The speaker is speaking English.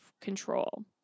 control